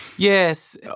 Yes